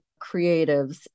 creatives